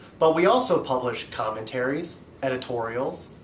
but we also publish commentaries, editorials,